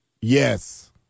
Yes